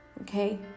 Okay